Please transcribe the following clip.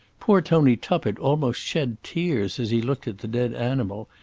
poor tony tuppett almost shed tears as he looked at the dead animal,